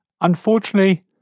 Unfortunately